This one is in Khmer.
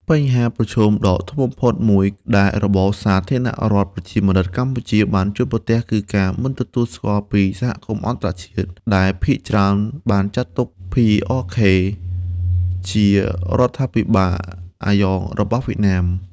បញ្ហាប្រឈមដ៏ធំបំផុតមួយ ដែលរបបសាធារណរដ្ឋប្រជាមានិតកម្ពុជា បានជួបប្រទះគឺការមិនទទួលស្គាល់ពីសហគមន៍អន្តរជាតិ ដែលភាគច្រើនបានចាត់ទុក PRK ជារដ្ឋាភិបាលអាយ៉ងរបស់វៀតណាម។